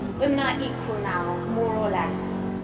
women are equal now, more or less.